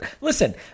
Listen